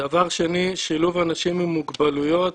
דבר שני, שילוב אנשים עם מוגבלויות.